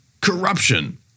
corruption